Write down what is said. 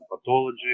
pathology